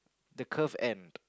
the curved end